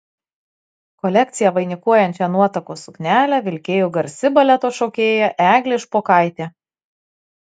kolekciją vainikuojančią nuotakos suknelę vilkėjo garsi baleto šokėja eglė špokaitė